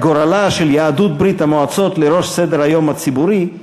גורלה של יהדות ברית-המועצות לראש סדר-היום הציבורי,